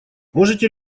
можете